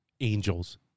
angels